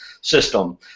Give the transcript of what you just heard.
system